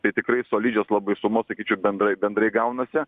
tai tikrai solidžios labai sumos sakyčiau bendrai bendrai gaunasi